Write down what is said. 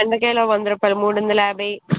బెండకాయలు ఒక వంద రూపాయలు మూడు వందల యాభై